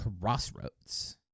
*Crossroads*